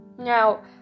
Now